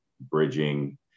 bridging